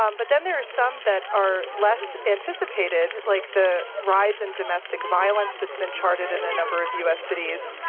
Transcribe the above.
um but then there are some that are less anticipated, like the rise in domestic violence that's been charted in a number of u s. cities.